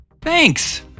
Thanks